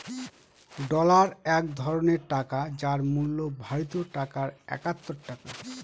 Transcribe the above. dollar এক ধরনের টাকা যার মূল্য ভারতীয় টাকায় একাত্তর টাকা